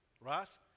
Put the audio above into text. right